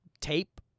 tape